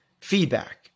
feedback